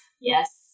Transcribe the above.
yes